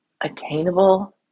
attainable